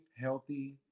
healthy